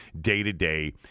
day-to-day